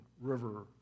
River